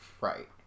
Right